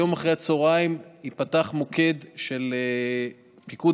היום אחרי הצוהריים ייפתח מוקד של פיקוד